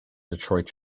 detroit